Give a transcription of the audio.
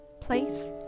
Place